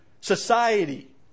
society